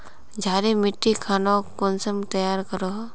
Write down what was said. क्षारी मिट्टी खानोक कुंसम तैयार करोहो?